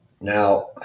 Now